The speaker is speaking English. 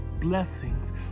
blessings